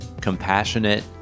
compassionate